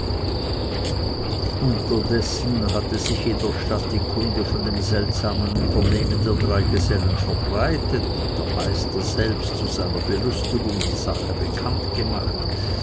unterdessen hatte sich in der stadt die kunde von dem seltsamen unternehmen der drei gesellen verbreitet und der meister selbst zu seiner belustigung die sache bekanntgemacht